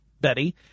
Betty